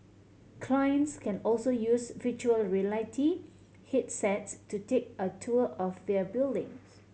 clients can also use virtual reality headsets to take a tour of their buildings